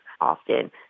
often